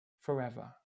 forever